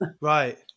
Right